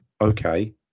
okay